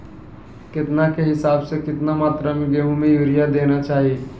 केतना के हिसाब से, कितना मात्रा में गेहूं में यूरिया देना चाही?